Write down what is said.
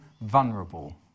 vulnerable